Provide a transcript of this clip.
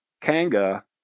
Kanga